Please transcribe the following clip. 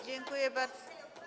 Dziękuję bardzo.